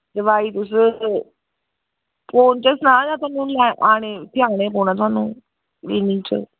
दोआई तुस एह् कि इ'यां सनांऽ जां इत्थें औना पौना तोआनूं क्लीनिक च